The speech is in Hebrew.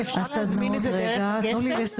אפשר להזמין את זה דרך תכנית הגפ"ן?